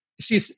See